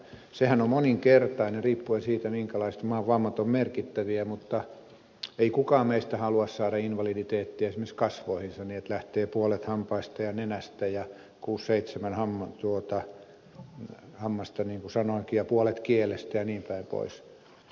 sehän on moninkertainen riippuen siitä minkälaiset vammat ovat merkittäviä mutta ei kukaan meistä halua saada invaliditeettiä esimerkiksi kasvoihinsa niin että lähtee puolet hampaista ja nenästä kuusi seitsemän hammasta niin kuin sanoinkin puolet kielestä jnp